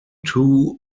two